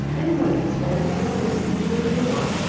any one gets hold of you and makes you do what they want.